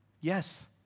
yes